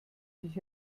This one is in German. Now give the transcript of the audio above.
dich